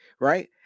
right